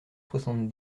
soixante